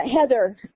Heather